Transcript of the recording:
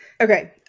Okay